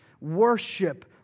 Worship